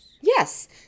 Yes